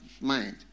mind